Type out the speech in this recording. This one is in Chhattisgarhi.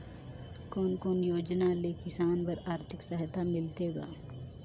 कोन कोन योजना ले किसान बर आरथिक सहायता मिलथे ग?